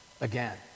again